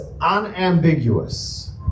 unambiguous